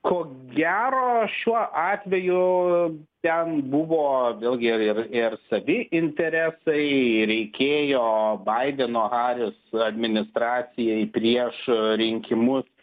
ko gero šiuo atveju ten buvo vėlgi ir ir ir savi interesai reikėjo baideno haris administracijai prieš rinkimus